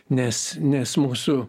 nes nes mūsų